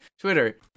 Twitter